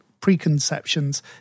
preconceptions